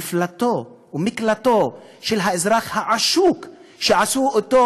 מפלטו ומקלטו של האזרח העשוק שעשו אתו